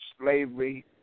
Slavery